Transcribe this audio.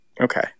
Okay